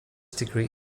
degree